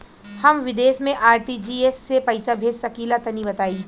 हम विदेस मे आर.टी.जी.एस से पईसा भेज सकिला तनि बताई?